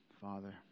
father